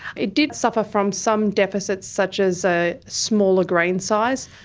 it did suffer from some deficits such as a smaller grain size,